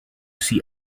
see